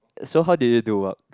so how did you do work